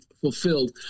fulfilled